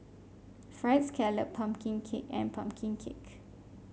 fried scallop pumpkin cake and pumpkin cake